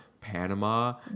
Panama